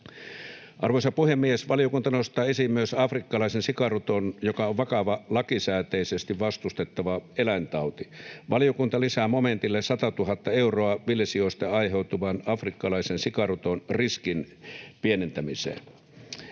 Arvoisa puhemies! Valiokunta nostaa esiin myös afrikkalaisen sikaruton, joka on vakava lakisääteisesti vastustettava eläintauti. Valiokunta lisää momentille 100 000 euroa villisioista aiheutuvan afrikkalaisen sikaruton riskin pienentämiseen.